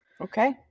Okay